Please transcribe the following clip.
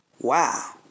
Wow